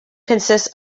consists